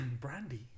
Brandy